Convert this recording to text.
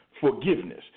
forgiveness